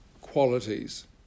qualities